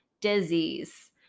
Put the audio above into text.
disease